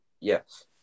Yes